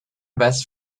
best